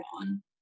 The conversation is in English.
on